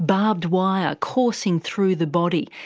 barbed wire coursing through the body,